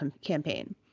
campaign